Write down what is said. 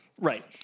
Right